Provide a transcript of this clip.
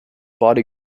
body